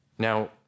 Now